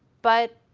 but,